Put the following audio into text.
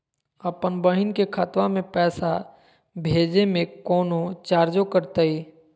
अपन बहिन के खतवा में पैसा भेजे में कौनो चार्जो कटतई?